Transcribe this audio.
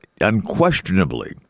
unquestionably